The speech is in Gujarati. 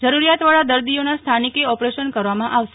જરૂરિયાતવાળા દર્દીઓના સ્થાનિકે ઓપરેશન કરવામાં આવશે